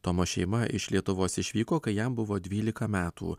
tomo šeima iš lietuvos išvyko kai jam buvo dvylika metų